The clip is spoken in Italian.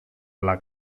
alla